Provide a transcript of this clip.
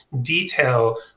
detail